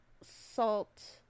salt